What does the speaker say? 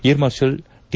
air marshal T